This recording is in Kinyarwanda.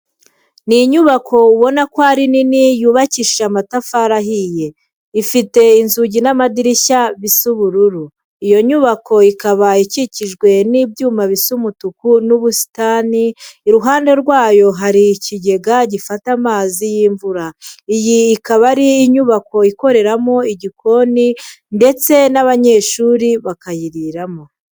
Ni inyubako ubona ko ari nini yubakishije amatafari ahiye, ifite inzugi n'amadirishya bisa ubururu. Iyo nyubako ikaba ikikijwe n'ibyuma bisa umutuku n'ubusitani, iruhande rwayo hari ikigega gifata amazi y'imvura. Iyi ikaba ari inyubako ikoreramo igikoni ndetse n'abanyeshuri bakayiriramo.